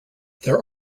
there